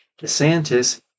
DeSantis